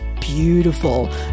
beautiful